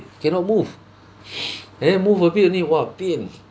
cannot move and then move a bit only !wah! pain